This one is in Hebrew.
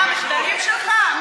מה המחדלים שלך?